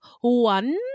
one